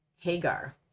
Hagar